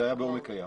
זה היה בעומק הים.